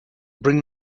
bring